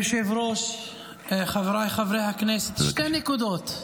אדוני היושב-ראש, חבריי חברי הכנסת, שתי נקודות.